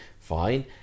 Fine